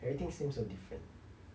everything seems so different